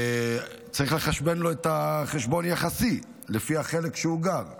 וצריך לחשבן לו חשבון יחסי לפי החלק שהוא גר בו.